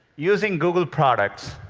using google products,